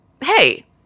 hey